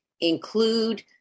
Include